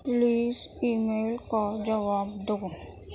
please email کا جواب دو